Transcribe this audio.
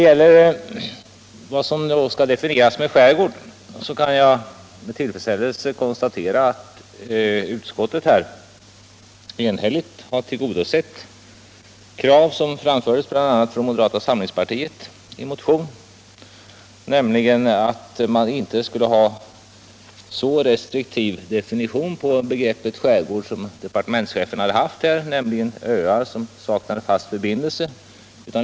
Jag kan med tillfredsställelse konstatera att utskottet enhälligt tillgodosett krav, som bl.a. framförts från moderata samlingspartiet i motion, på att man inte skulle ha en så restriktiv definition på begreppet skärgård som departementschefen haft, nämligen öar som saknar fast förbindelse.